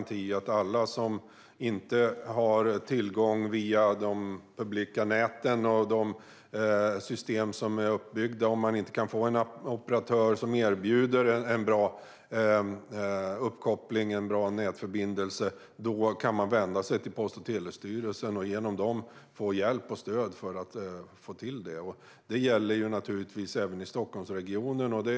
Det innebär att alla som inte har tillgång till uppkoppling via de publika näten och de system som är uppbyggda, och om de inte kan få en operatör som erbjuder en bra uppkoppling och en bra nätförbindelse, kan vända sig till Post och telestyrelsen för att få hjälp och stöd att få till det. Det gäller naturligtvis även i Stockholmsregionen.